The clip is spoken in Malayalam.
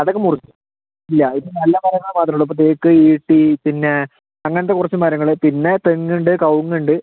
അതൊക്കെ മുറിച്ചു ഇല്ല ഇപ്പം നല്ല മരങ്ങള് മാത്രമെ ഉള്ളൂ തേക്ക് ഈട്ടി പിന്നെ അങ്ങനത്തെ കുറച്ച് മരങ്ങള് പിന്നെ തെങ്ങുണ്ട് കവുങ്ങുണ്ട്